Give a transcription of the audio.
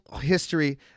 history